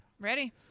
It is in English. Ready